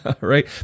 Right